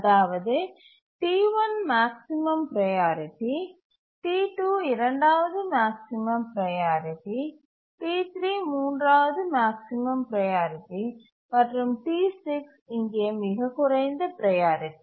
அதாவது T1 maximum priority T2 இரண்டாவது maximum priority T3 மூன்றாவது மேக்ஸிமம் ப்ரையாரிட்டி மற்றும் T6 இங்கே மிகக் குறைந்த ப்ரையாரிட்டி